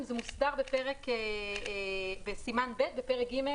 הנושא של הסוכנים מוסדר בסימן ב' בפרק ג'